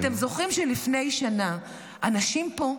אתם זוכרים שלפני שנה אנשים פה,